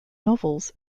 novels